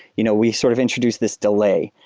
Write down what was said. you know we sort of introduce this delay.